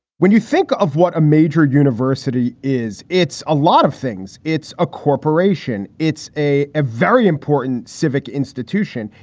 when you think of what a major university is, it's a lot of things. it's a corporation. it's a a very important civic institution.